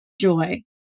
joy